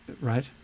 right